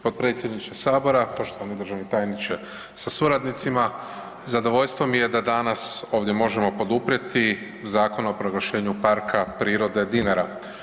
Potpredsjedniče Sabora, poštovani državno tajniče sa suradnicima, zadovoljstvo mi je da danas ovdje možemo poduprijeti Zakon o proglašenju Parka prirode Dinara.